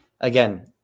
again